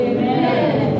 Amen